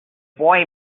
boy